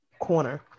corner